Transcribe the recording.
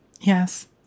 Yes